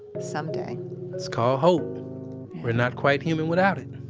someday it's called hope. we're not quite human without it